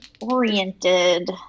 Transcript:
oriented